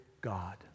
God